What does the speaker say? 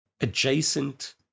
adjacent